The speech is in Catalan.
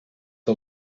que